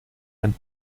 and